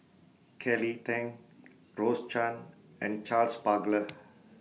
Kelly Tang Rose Chan and Charles Paglar